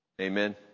Amen